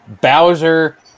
Bowser